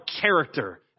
character